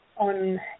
on